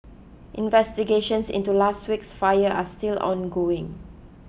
investigations into last week's fire are still ongoing